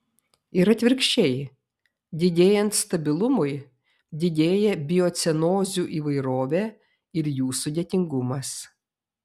ir atvirkščiai didėjant stabilumui didėja biocenozių įvairovė ir jų sudėtingumas